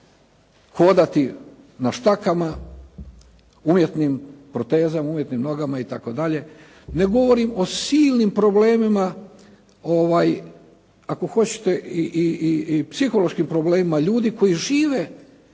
hodati na štakama, umjetnim protezama, umjetnim nogama itd., ne govorim o silnim problemima, ako hoćete i psihološkim problemima ljudi koji žive